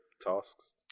tasks